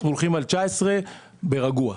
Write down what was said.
אז אנחנו הולכים על פי 2019 באופן רגוע.